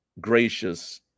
gracious